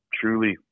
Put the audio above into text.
truly